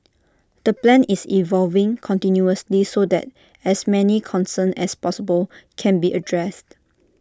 the plan is evolving continuously so that as many concerns as possible can be addressed